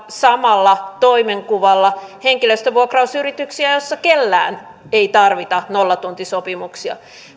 samalla toimenkuvalla henkilöstövuokrausyrityksiä joissa kellään ei tarvita nollatuntisopimuksia